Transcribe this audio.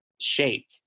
shake